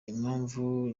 impamvu